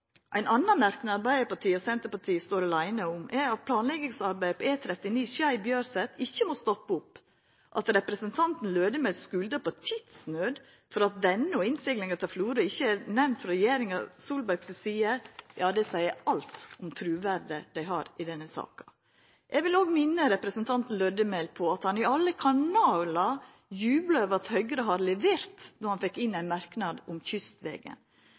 Ein annan merknad Arbeidarpartiet og Senterpartiet står aleine om, er at planleggingsarbeidet på E39 Skei-Bjørset ikkje må stoppa opp. At representanten Lødemel skuldar på tidsnød for at denne og innseglinga til Florø ikkje er nemnt frå regjeringa Solberg si side, seier alt om truverdet dei har i denne saka. Eg vil òg minna representanten Lødemel på at han i alle kanalar jubla over at Høgre hadde levert då han fekk inn ein merknad om kystvegen.